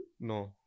No